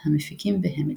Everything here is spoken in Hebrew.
"המפיקים" ו"המילטון".